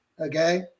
Okay